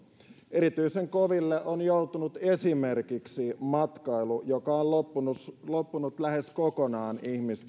erityisen koville on joutunut esimerkiksi matkailu joka on loppunut loppunut lähes kokonaan ihmisten